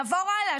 נעבור הלאה.